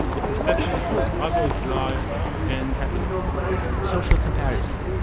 the perceptions of others' lives and happiness social comparison,